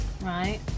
Right